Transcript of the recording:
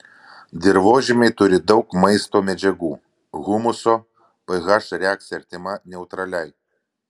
dirvožemiai turi daug maisto medžiagų humuso ph reakcija artima neutraliai